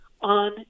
on